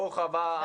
ברוך הבא.